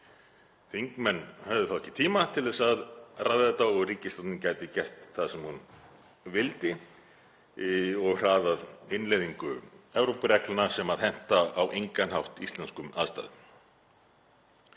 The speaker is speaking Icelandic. Þingmenn hefðu þá ekki tíma til að ræða þetta og ríkisstjórnin gæti gert það sem hún vildi og hraðað innleiðingu Evrópureglna sem henta á engan hátt íslenskum aðstæðum.